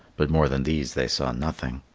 but more than these they saw nothing.